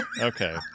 Okay